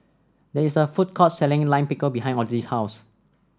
there is a food court selling Lime Pickle behind Odile's house